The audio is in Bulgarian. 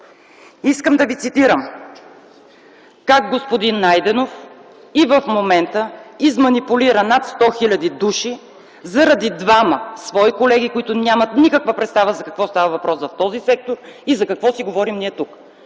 Искам да Ви цитирам как господин Найденов и в момента изманипулира над 100 000 души заради двама свои колеги, които нямат никаква представа за какво става въпрос в този сектор и за какво си говорим ние тук.